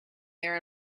there